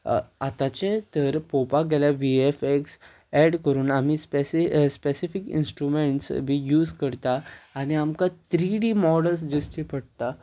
आतांचे तर पळोवपाक गेल्यार वी एफ एक्स एड करून आमी स्पेसिफीक इंस्ट्रुमेंट्स बी यूज करता आनी आमकां थ्री डी मॉडल्स जेचे पडटा